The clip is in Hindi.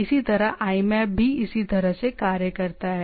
इसी तरह IMAP भी इसी तरह से कार्य करता है